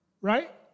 right